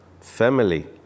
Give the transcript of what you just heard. family